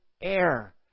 air